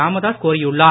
ராமதாஸ் கோரியுள்ளார்